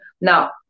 Now